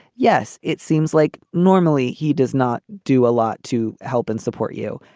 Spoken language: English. yes. it seems like normally he does not do a lot to help and support you.